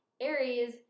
Aries